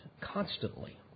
constantly